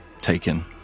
taken